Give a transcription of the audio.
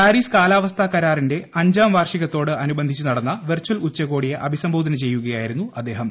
പാരീസ്ക്കാല്പ്പസ്ഥാ കരാറിന്റെ അഞ്ചാം വാർഷികത്തോട് അനുബന്ധിച്ച് ഗ്നടന്ന വെർച്ചൽ ഉച്ചകോടിയെ അഭിസംബോധന ചെയ്യുകയ്ക്യായിരുന്നു അദ്ദേഹം